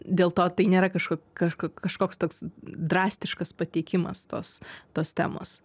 dėlto tai nėra kažko kažko kažkoks toks drastiškas pateikimas tos tos temos